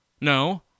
No